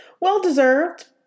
well-deserved